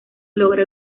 logra